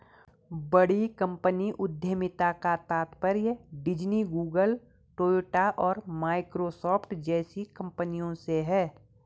बड़ी कंपनी उद्यमिता का तात्पर्य डिज्नी, गूगल, टोयोटा और माइक्रोसॉफ्ट जैसी कंपनियों से है